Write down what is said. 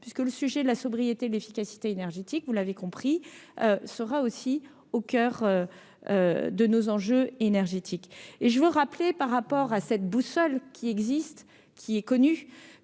puisque le sujet de la sobriété, l'efficacité énergétique, vous l'avez compris sera aussi au coeur de nos enjeux énergétiques et je veux rappeler par rapport à cette boussole qui existe, qui est connu,